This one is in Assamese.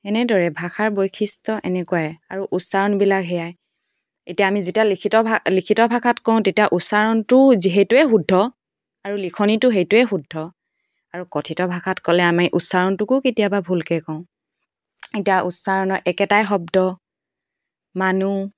এনেদৰে ভাষাৰ বৈশিষ্ট্য় এনেকুৱাই আৰু উচ্চাৰণবিলাক সেয়াই এতিয়া আমি যেতিয়া লিখিত ভা ভাষাত কওঁ তেতিয়া উচ্চাৰণটোও যিহেতুৱেই শুদ্ধ আৰু লিখনিতো সেইটোৱেই শুদ্ধ আৰু কথিত ভাষাত ক'লে আমি উচ্চাৰণটোকো কেতিয়াবা ভুলকৈ কওঁ এতিয়া উচ্চাৰণৰ একেটাই শব্দ মানুহ